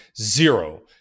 zero